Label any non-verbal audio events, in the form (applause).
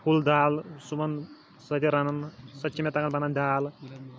full دال صُبحن سُہ تہِ رَنان سۄ تہِ چھِ مےٚ تَگان (unintelligible) دال